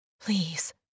please